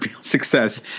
success